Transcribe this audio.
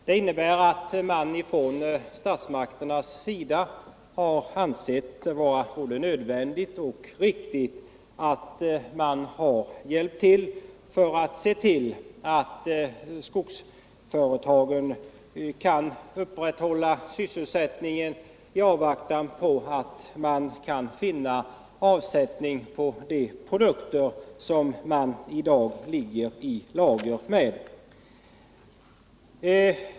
Det innebär att statsmakterna har ansett det vara nödvändigt och riktigt att man hjälper skogsföretagen att upprätthålla sysselsättningen i avvaktan på att dessa kan finna avsättning för de produkter som i dag ligger i lager.